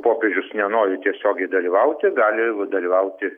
popiežius nenori tiesiogiai dalyvauti gali dalyvauti